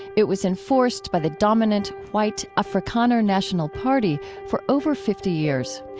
it was enforced by the dominant, white afrikaner national party for over fifty years.